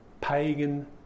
pagan